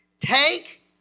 Take